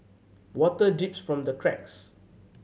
water drips from the cracks